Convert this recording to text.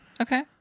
Okay